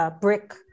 brick